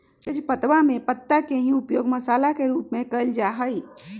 तेजपत्तवा में पत्ता के ही उपयोग मसाला के रूप में कइल जा हई